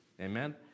Amen